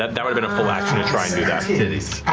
that that would've been a full action to try and do